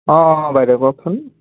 অঁ বাইদেউ কওকচোন